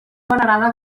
venerada